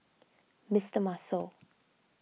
Mister Muscle